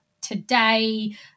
today